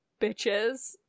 bitches